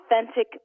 authentic